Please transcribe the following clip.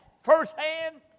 firsthand